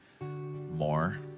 more